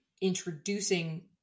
introducing